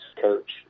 coach